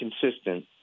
consistent